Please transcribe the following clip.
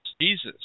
Jesus